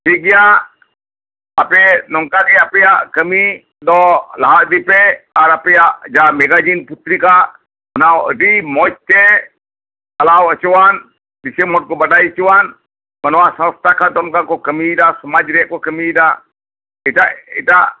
ᱴᱷᱤᱠ ᱜᱮᱭᱟ ᱟᱯᱮ ᱱᱚᱝᱠᱟᱜᱮ ᱟᱯᱮᱭᱟᱜ ᱠᱟᱹᱢᱤ ᱫᱚ ᱞᱟᱦᱟ ᱤᱫᱤᱭᱯᱮ ᱟᱨ ᱟᱯᱮᱭᱟᱜ ᱡᱟᱦᱟᱸ ᱢᱮᱜᱟᱡᱤᱱ ᱥᱮ ᱯᱚᱛᱨᱤᱠᱟ ᱚᱱᱟ ᱟᱹᱰᱤ ᱢᱚᱸᱡᱽᱛᱮ ᱪᱟᱞᱟᱣ ᱦᱚᱪᱚᱣᱟᱱ ᱫᱤᱥᱚᱢ ᱦᱚᱲᱠᱚ ᱵᱟᱰᱟᱭ ᱦᱚᱪᱚᱣᱟᱱ ᱱᱚᱶᱟ ᱥᱚᱝᱥᱛᱷᱟ ᱠᱷᱚᱱ ᱢᱤᱫᱴᱟᱝ ᱠᱚ ᱠᱟᱹᱢᱤᱭᱮᱫᱟ ᱥᱚᱢᱟᱡ ᱨᱮᱭᱟᱜ ᱠᱚ ᱠᱟᱹᱢᱤᱭᱮᱫᱟ ᱮᱴᱟᱜ ᱮᱴᱟᱜ